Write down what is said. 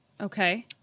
Okay